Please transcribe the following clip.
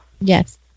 Yes